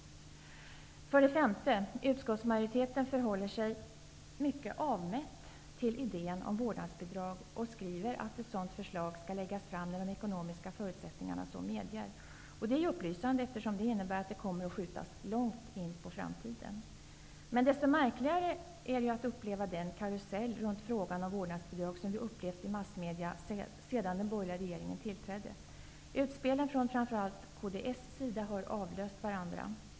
För det femte: Utskottsmajoriteten förhåller sig mycket avmätt till idéen om vårdnadsbidrag. Man skriver att ett sådant förslag skall läggas fram när de ekonomiska förutsättningarna så medger. Det är ju upplysande, eftersom det innebär att vårdnadsbidraget kommer att skjutas långt in i framtiden. Desto märkligare är den karusell runt frågan om vårdnadsbidrag som vi har upplevt i massmedier sedan den borgerliga regeringen tillträdde. Utspelen från framför allt kds har avlöst varandra.